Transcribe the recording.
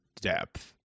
depth